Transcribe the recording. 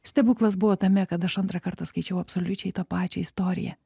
stebuklas buvo tame kad aš antrą kartą skaičiau absoliučiai tą pačią istoriją